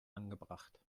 angebracht